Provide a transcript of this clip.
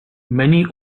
many